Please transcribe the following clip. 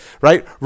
right